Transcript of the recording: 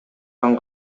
таң